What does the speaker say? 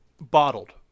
bottled